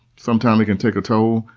sometimes it can take a toll,